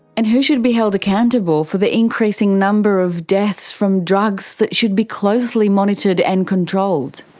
and who should be held accountable for the increasing number of deaths from drugs that should be closely monitored and controlled?